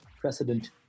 precedent